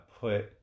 put